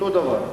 אותו דבר.